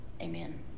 Amen